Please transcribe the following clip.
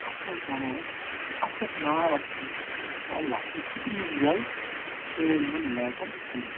تہٕ اَتھ منٛز چھِ وَنان أسۍ اَتھ چھُ اسہِ ناو اَکھ تھومُت یہِ چھُ جَل اَکھ یہِ چھُ سُپریٖم جَل سٲلِمَن لیکَن ہُنٛد